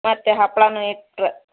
ಮತ್ತೆ ಹಪ್ಪಳನು ಇಟ್ಟರೆ